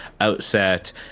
Outset